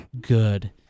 Good